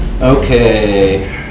Okay